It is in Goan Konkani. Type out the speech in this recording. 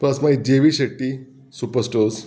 प्लस मागीर J V Shetty super stores